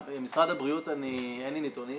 משרד הבריאות אין לי נתונים.